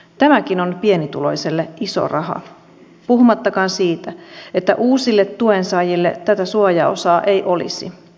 tämäkin on pienituloiselle iso raha puhumattakaan siitä että uusille tuensaajille tätä suojaosaa ei olisi